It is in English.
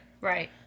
Right